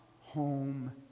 home